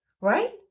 right